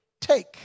take